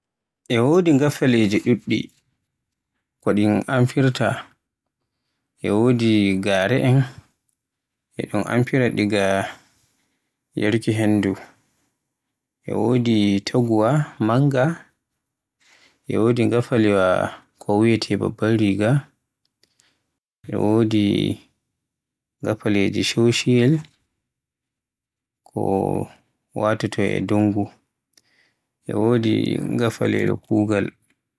E wodi gafaleje ɗuɗɗe, ko dun amfirta, e wodi gare en e dun amfirta ɗun ga yaruuki hendu, e wodi taguwa manga, e wodi ngafalewa ko wiyeete babbar riga, e wodi ngafale ko wiyeete shocoyel ko watoto e dungu e wodi ngafalere kugaal.